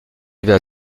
arrivé